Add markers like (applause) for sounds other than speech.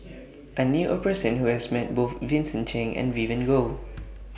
(noise) I knew A Person Who has Met Both Vincent Cheng and Vivien Goh